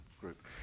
group